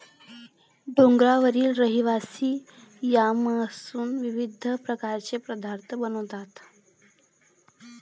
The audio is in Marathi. डोंगरावरील रहिवासी यामपासून विविध प्रकारचे पदार्थ बनवतात